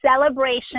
celebration